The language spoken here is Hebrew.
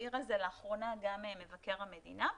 והעיר על זה לאחרונה גם מבקר המדינה.